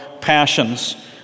passions